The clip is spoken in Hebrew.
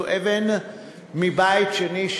זו אבן מבית שני,